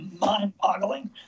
mind-boggling